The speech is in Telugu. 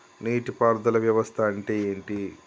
నీటి పారుదల వ్యవస్థ అంటే ఏంటి?